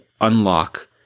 unlock